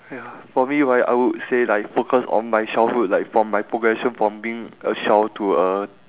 ya for me right I would say like focus on my childhood like from my progression from being a child to a